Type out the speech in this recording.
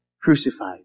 crucified